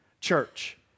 church